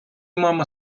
мама